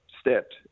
stepped